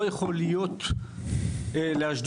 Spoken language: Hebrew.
לא יכול להיות לאשדוד.